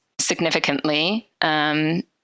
significantly